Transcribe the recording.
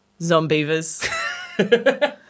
Zombievers